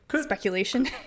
speculation